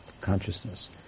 consciousness